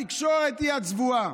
התקשורת היא הצבועה,